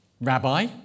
Rabbi